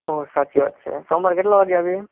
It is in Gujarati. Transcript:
સાચી વાત છે સોમવારે કેટલા વાગ્યે આવીએ